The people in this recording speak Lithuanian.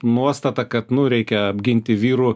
nuostata kad nu reikia apginti vyrų